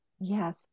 Yes